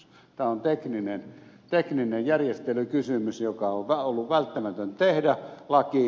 tämä on tekninen järjestelykysymys joka on ollut välttämätön tehdä lakiin